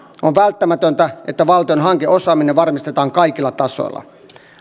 on välttämätöntä että valtion hankeosaaminen varmistetaan kaikilla tasoilla